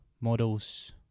models